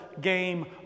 game